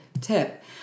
tip